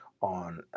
on